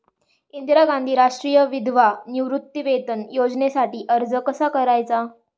इंदिरा गांधी राष्ट्रीय विधवा निवृत्तीवेतन योजनेसाठी अर्ज कसा करायचा?